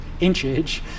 inchage